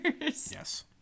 Yes